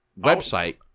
website